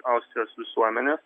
austrijos visuomenės